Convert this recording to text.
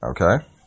Okay